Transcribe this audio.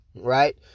Right